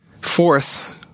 Fourth